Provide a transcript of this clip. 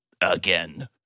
again